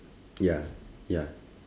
ya ya